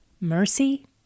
Mercy